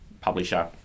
publisher